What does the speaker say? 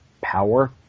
power